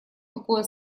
такое